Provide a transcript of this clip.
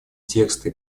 текста